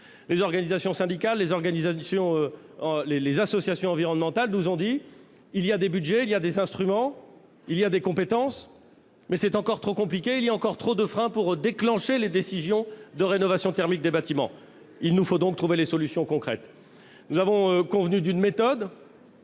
les organisations syndicales et les associations environnementales nous ont dit que, malgré l'existence de budgets, d'instruments et de compétences dédiés, c'était encore trop compliqué, qu'il y avait encore trop de freins pour déclencher les décisions de rénovation thermique des bâtiments. Il nous faut donc trouver des solutions concrètes. Nous sommes convenus d'une méthode